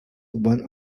one